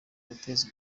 guteza